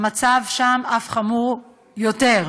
המצב שם אף חמור יותר.